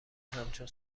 همچون